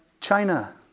China